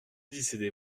décidez